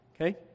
Okay